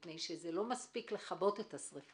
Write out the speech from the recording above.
כי זה לא מספיק לכבות את השריפה.